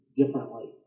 differently